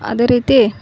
ಅದೇ ರೀತಿ